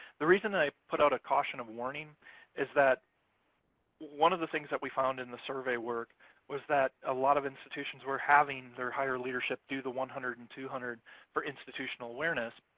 the reason that i put out a caution of warning is that one of the things that we found in the survey was that a lot of institutions were having their higher leadership do the one hundred and two hundred for institutional awareness,